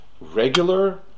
regular